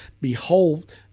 behold